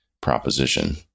proposition